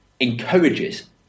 encourages